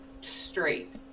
straight